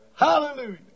Hallelujah